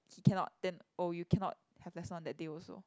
he cannot then oh you cannot have lesson on that day also